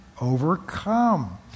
overcome